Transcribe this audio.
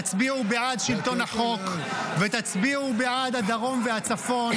תצביעו בעד שלטון החוק ותצביעו בעד הדרום והצפון,